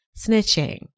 snitching